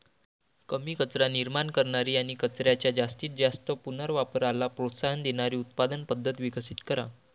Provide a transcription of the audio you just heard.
कमी कचरा निर्माण करणारी आणि कचऱ्याच्या जास्तीत जास्त पुनर्वापराला प्रोत्साहन देणारी उत्पादन पद्धत विकसित करा